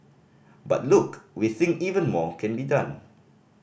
but look we think even more can be done